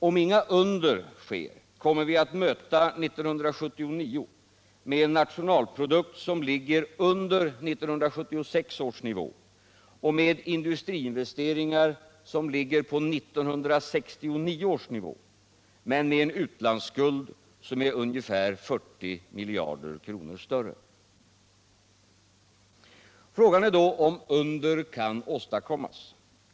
Om inga under sker, kommer vi att möta 1979 med en nationalprodukt som ligger under 1976 års nivå och med industriinvesteringar på 1969 års nivå - men med en utlandsskuld som är ungefär 40 miljarder kronor större. Frågan är då om under kan åstadkommas.